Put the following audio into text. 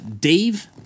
Dave